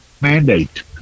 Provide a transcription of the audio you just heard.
Mandate